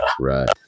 right